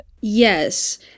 Yes